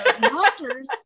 monsters